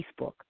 Facebook